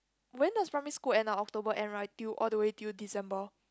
when does primary school end ah October end right till all the way till December